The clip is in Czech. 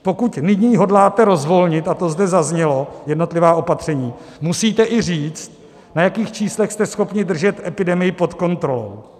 Pokud nyní hodláte rozvolnit, a to zde zaznělo, jednotlivá opatření, musíte i říct, na jakých číslech jste schopni držet epidemii pod kontrolou.